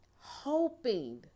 hoping